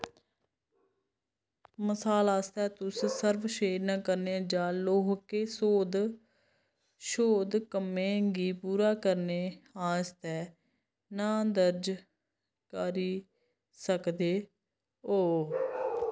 मसाल आस्तै तुस सर्वक्षेन करने जां लौह्के शोध कम्में गी पूरा करने आस्तै नांऽ दर्ज करी सकदे ओ